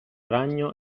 ragno